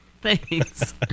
Thanks